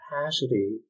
capacity